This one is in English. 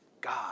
God